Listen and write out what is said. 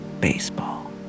baseball